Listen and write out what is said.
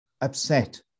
upset